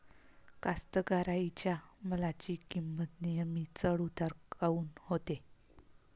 कास्तकाराइच्या मालाची किंमत नेहमी चढ उतार काऊन होते?